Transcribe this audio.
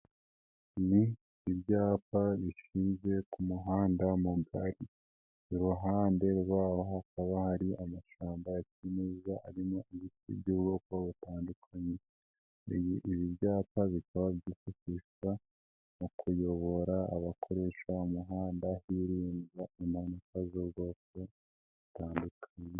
Ni ibyapa bishinze ku muhanda mugari, iruhande rwawo hakaba hari amashyamba ya kimeza arimo ibiti by'ubwoko butandukanye. Ibi byapa bikaba byifashishwa mu kuyobora abakoresha umuhanda hirindwa impanuka z'ubwoko zitandukanye.